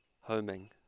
homing